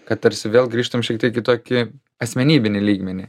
kad tarsi vėl grįžtam šiek tiek į tokį asmenybinį lygmenį